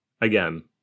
Again